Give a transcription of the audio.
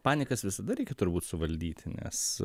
panikas visada reikia turbūt suvaldyti nes